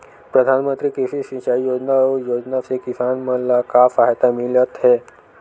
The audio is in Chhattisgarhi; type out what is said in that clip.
प्रधान मंतरी कृषि सिंचाई योजना अउ योजना से किसान मन ला का सहायता मिलत हे?